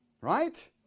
Right